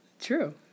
true